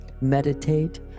meditate